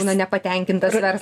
būna nepatenkintas verslas